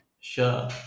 Sure